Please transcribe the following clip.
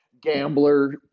gambler